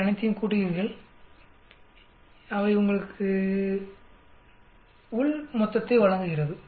நீங்கள் அனைத்தையும் கூட்டுகிறீர்கள் அவை உங்களுக்கு உள் மொத்தத்தை வழங்குகிறது